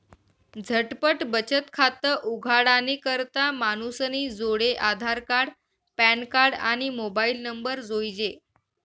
झटपट बचत खातं उघाडानी करता मानूसनी जोडे आधारकार्ड, पॅनकार्ड, आणि मोबाईल नंबर जोइजे